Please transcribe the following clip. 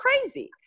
crazy